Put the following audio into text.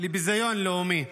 לביזיון לאומי.